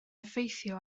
effeithio